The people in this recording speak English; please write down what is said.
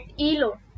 Elo